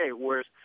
whereas